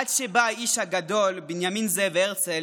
עד שבא האיש הגדול בנימין זאב הרצל,